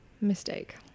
Mistake